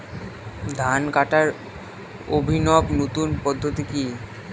ধান কাটার অভিনব নতুন পদ্ধতিটি কি?